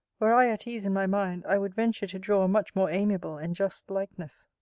were i at ease in my mind, i would venture to draw a much more amiable and just likeness.